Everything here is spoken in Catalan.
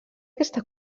aquesta